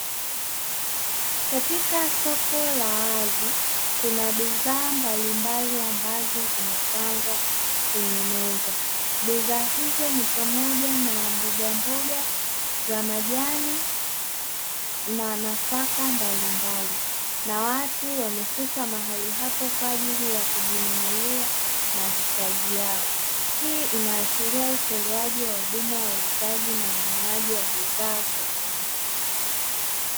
Katika soko la wazi kuna bidhaa mbalimbali ambazo zimepangwa kwenye meza. Bidhaa hizo ni pamoja na mbogamboga za majani na nafaka mbalimbali na watu wamefika mahali hapo kwa ajili ya kujinunulia mahitaji yao. Hii inaashiria utolewaji wa huduma ya uuzaji na ununuaji wa bidhaa sokoni.